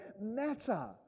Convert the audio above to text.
matter